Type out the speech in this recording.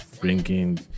bringing